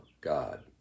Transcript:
God